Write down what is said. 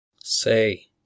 Say